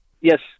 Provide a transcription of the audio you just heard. Yes